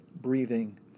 breathing